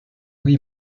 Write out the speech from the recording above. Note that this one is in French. oui